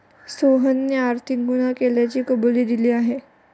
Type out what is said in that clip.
सोहनने आर्थिक गुन्हा केल्याची कबुली दिली आहे